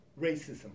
racism